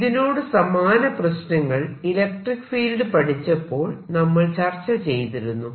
ഇതിനോട് സമാന പ്രശ്നങ്ങൾ ഇലക്ട്രിക്ക് ഫീൽഡ് പഠിച്ചപ്പോൾ നമ്മൾ ചർച്ച ചെയ്തിരുന്നു